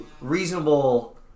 reasonable